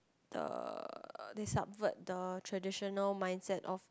uh they subvert the traditional mindset of